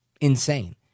insane